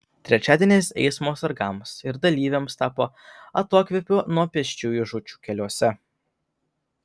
trečiadienis eismo sargams ir dalyviams tapo atokvėpiu nuo pėsčiųjų žūčių keliuose